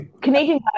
canadian